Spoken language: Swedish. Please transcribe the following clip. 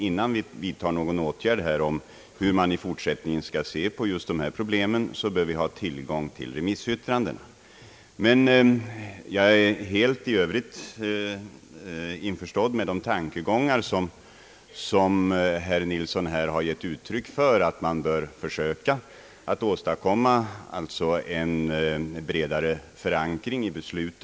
Innan vi vidtar någon åtgärd som gäller hur man i fortsättningen skall se på dessa problem bör vi rimligen ha tillgång till remissyttranden.